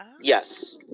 yes